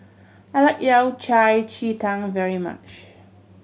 I like Yao Cai ji tang very much